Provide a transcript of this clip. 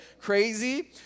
crazy